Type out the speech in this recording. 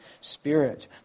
Spirit